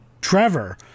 Trevor